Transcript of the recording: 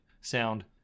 sound